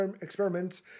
experiments